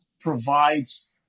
provides